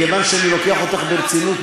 כיוון שאני לוקח אותך ברצינות,